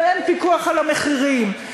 ואין פיקוח על המחירים.